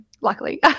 luckily